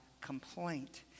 complaint